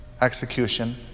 execution